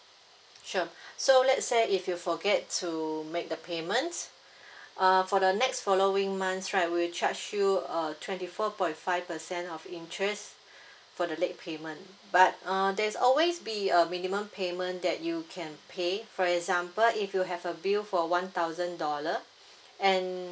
sure so let's say if you forget to make the payments err for the next following months right we'll charge you a twenty four point five percent of interest for the late payment but err there's always be a minimum payment that you can pay for example if you have a bill for one thousand dollar and